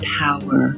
power